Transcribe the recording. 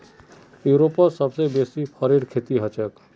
यूरोपत सबसे बेसी फरेर खेती हछेक